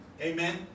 Amen